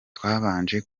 twabanje